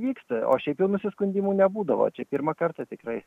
vyksta o šiaip jau nusiskundimų nebūdavo čia pirmą kartą tikrai